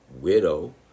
widow